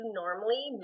normally